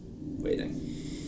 Waiting